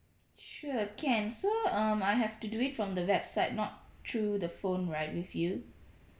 sure can so um I have to do it from the website not through the phone right with you